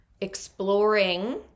exploring